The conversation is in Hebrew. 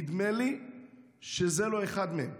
נדמה לי שזה לא אחד מהם.